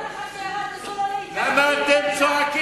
זה מועד לפורענות.